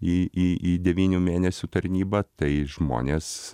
į į į devynių mėnesių tarnybą tai žmonės